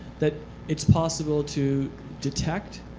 that it's possible to detect